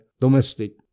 domestic